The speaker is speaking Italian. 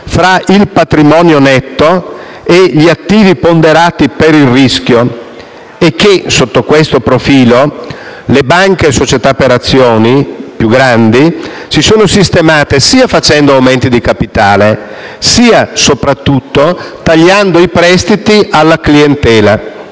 tra il patrimonio netto e gli attivi ponderati per rischio e che, sotto questo profilo, le banche società per azioni più grandi si sono sistemate sia facendo aumenti di capitale sia, soprattutto, tagliando i prestiti alla clientela,